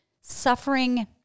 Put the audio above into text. suffering